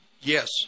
yes